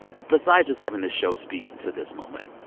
besides just having this show speak to this moment,